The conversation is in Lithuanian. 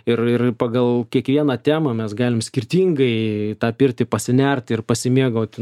ir ir pagal kiekvieną temą mes galim skirtingai į tą pirtį pasinert ir pasimėgaut